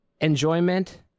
enjoyment